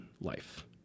life